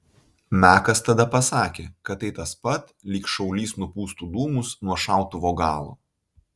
mekas tada pasakė kad tai tas pat lyg šaulys nupūstų dūmus nuo šautuvo galo